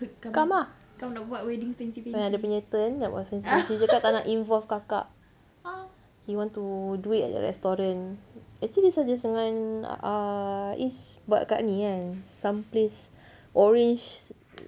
qam lah ah dia puya turn nak buat fancy fancy dia cakap tak nak involve kakak he want to do it at a restaurant actually dia suggest dengan err izz buat dekat ni kan some place orange